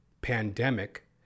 pandemic